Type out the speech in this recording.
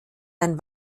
ein